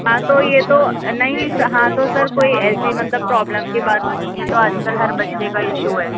ہاں تو یہ تو نہیں سر ہاں تو سر کوئی ایسی مطلب پرابلم کی بات نہیں ہے تو آج کل ہر بچے کا ایشو ہے